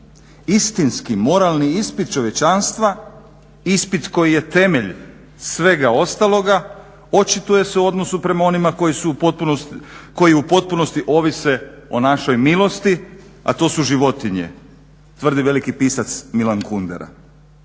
Istinski moralni ispit čovječanstva, ispit koji je temelj svega ostaloga očituje se u odnosu prema onima koji u potpunosti ovise o našoj milosti, a to su životinje, tvrdi veliki pisac Milan Kundera.